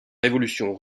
révolution